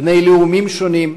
בני לאומים שונים,